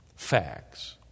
facts